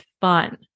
fun